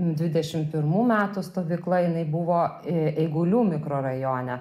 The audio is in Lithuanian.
dvidešim pirmų metų stovykla jinai buvo ei eigulių mikrorajone